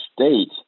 state